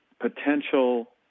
potential